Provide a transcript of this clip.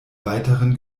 weiteren